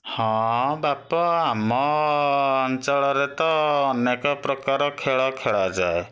ହଁ ବାପ ଆମ ଅଞ୍ଚଳରେ ତ ଅନେକ ପ୍ରକାର ଖେଳ ଖେଳାଯାଏ